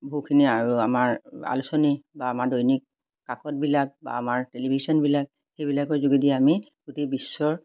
বহুখিনি আৰু আমাৰ আলোচনী বা আমাৰ দৈনিক কাকতবিলাক বা আমাৰ টেলিভিশ্যনবিলাক সেইবিলাকৰ যোগেদি আমি গোটেই বিশ্বৰ